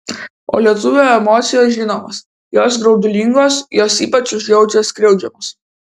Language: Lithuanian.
o lietuvio emocijos žinomos jos graudulingos jos ypač užjaučia skriaudžiamus